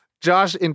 Josh